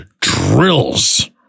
drills